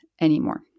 anymore